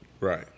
Right